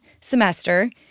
semester